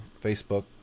Facebook